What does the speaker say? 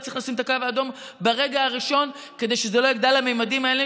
אתה צריך לשים את הקו האדום ברגע הראשון כדי שזה לא יגדל לממדים האלה,